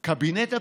קבינט הפיוס,